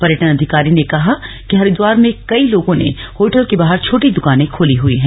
पर्यटन अधिकारी ने कहा कि हरिद्वार में कई लोगों ने होटल के बाहर छोटी दुकानें खोली हुई हैं